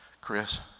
Chris